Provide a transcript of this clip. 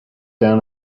down